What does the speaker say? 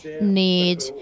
need